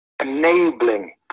enabling